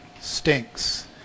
stinks